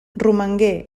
romangué